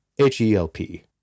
H-E-L-P